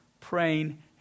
praying